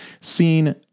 seen